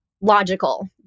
logical